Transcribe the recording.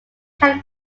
can